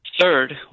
Third